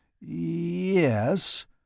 Yes